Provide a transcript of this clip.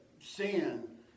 sin